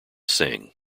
sing